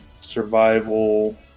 survival